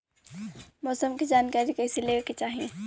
मौसम के जानकारी कईसे लेवे के चाही?